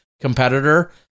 competitor